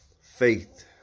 Faith